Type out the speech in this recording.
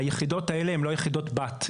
היחידות האלה הן לא יחידות בת.